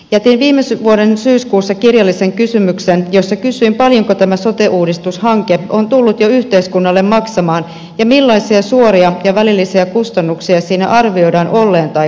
jätin viime vuoden syyskuussa kirjallisen kysymyksen jossa kysyin paljonko tämä sote uudistushanke on tullut jo yhteiskunnalle maksamaan ja millaisia suoria ja välillisiä kustannuksia sillä arvioidaan olleen tai olevan